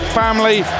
family